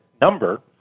number